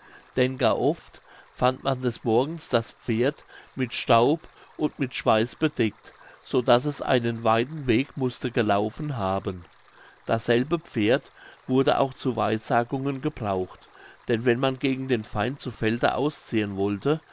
denn gar oft fand man des morgens das pferd mit staub und mit schweiß bedeckt so daß es einen weiten weg mußte gelaufen haben dasselbe pferd wurde auch zu weissagungen gebraucht denn wenn man gegen den feind zu felde ausziehen wollte